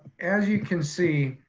as you can see,